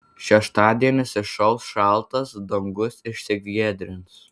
šeštadienis išauš šaltas dangus išsigiedrins